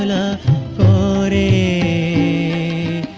a a